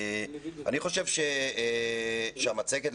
אני חושב שהמצגת,